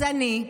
אז אני,